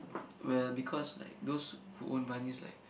well because like those who own bunnies like